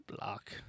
Block